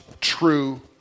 true